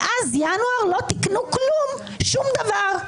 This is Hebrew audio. מאז ינואר לא תיקנו כלום, שום דבר.